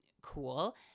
cool